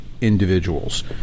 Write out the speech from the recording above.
individuals